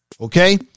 Okay